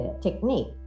technique